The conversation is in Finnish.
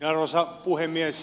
arvoisa puhemies